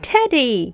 Teddy